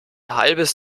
halbes